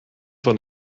van